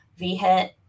VHIT